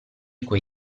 quei